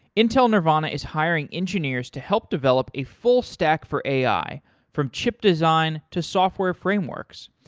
intel nervana is hiring engineers to help develop a full stack for ai from chip design to software frameworks.